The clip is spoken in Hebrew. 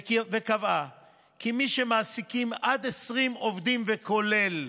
וקבעה כי מי שמעסיקים עד 20 עובדים, כולל,